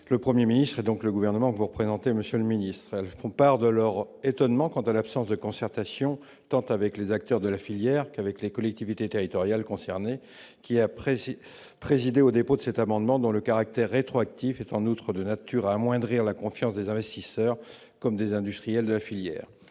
le 1er ministre donc le gouvernement que vous représentez, Monsieur le Ministre, font part de leur étonnement quant à l'absence de concertation tant avec les acteurs de la filière qu'avec les collectivités territoriales concernées qui apprécie présidé au dépôt de cet amendement dans le caractère rétroactif est en outre de nature à amoindrir la confiance des investisseurs comme des industriels de la filière,